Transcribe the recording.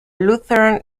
lutheran